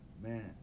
Man